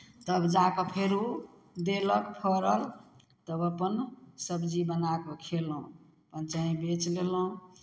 तब जा कऽ फेर ओ देलक फड़ल तब अपन सबजी बना कऽ खयलहुँ अपन चाहे बेचि लेलहुँ